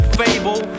fable